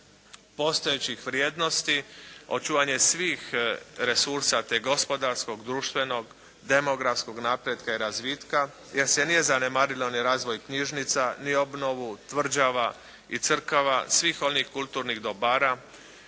postojećih vrijednosti, očuvanju svih resursa te gospodarskog, društvenog, demografskog napretka i razvitka jer se nije zanemarilo ni razvoj knjižnica ni obnovu tvrđava i crkava, svih onih kulturnih dobara